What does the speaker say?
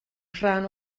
rhan